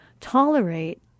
tolerate